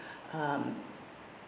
um